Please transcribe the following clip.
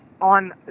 on